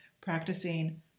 practicing